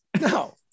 No